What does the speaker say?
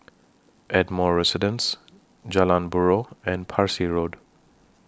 Ardmore Residence Jalan Buroh and Parsi Road